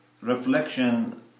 reflection